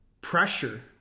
pressure